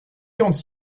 quarante